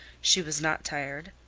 she was not tired,